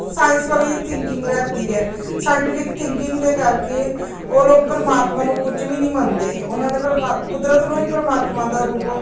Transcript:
science ਵਾਲੀ thinking ਰੱਖਦੀ ਹੈ ਸਾਇੰਟੀਫਿਕ ਥਿੰਕਿੰਗ ਦੇ ਕਰਕੇ ਉਹ ਲੋਕ ਪਰਮਾਤਮਾ ਨੂੰ ਕੁਝ ਵੀ ਨਹੀਂ ਮੰਨਦੇ ਉਹਨਾਂ ਨੇ ਪਰਮਾ ਕੁਦਰਤ ਨੂੰ ਹੀ ਪਰਮਾਤਮਾ ਦਾ ਰੂਪ